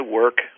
work